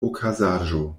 okazaĵo